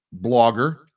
blogger